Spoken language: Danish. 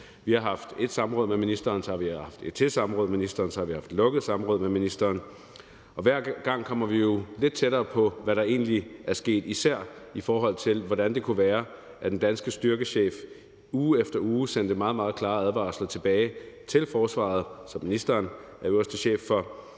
Vi har haft et samråd med ministeren, så har vi haft et samråd til med ministeren, så har vi haft et lukket samråd med ministeren, og hver gang kommer vi jo lidt tættere på, hvad der egentlig er sket, især i forhold til hvordan det kunne være, at den danske styrkechef uge efter uge sendte meget, meget klare advarsler tilbage til forsvaret, som ministeren er øverste chef for,